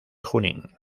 junín